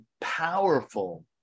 Powerful